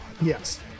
Yes